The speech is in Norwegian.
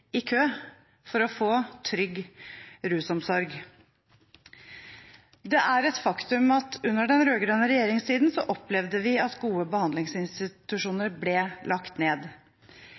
i kø for å få trygg rusomsorg. Det er et faktum at under den rød-grønne regjeringstiden opplevde vi at gode behandlingsinstitusjoner ble lagt ned.